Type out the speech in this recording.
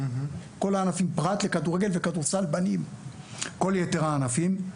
כל הענפים פרט לכדורגל וכדורסל בנים כל יתר הענפים.